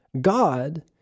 god